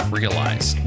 realize